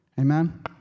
Amen